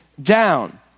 down